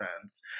fans